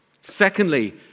Secondly